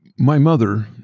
my mother,